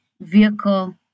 vehicle